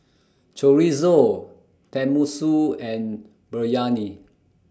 Chorizo Tenmusu and Biryani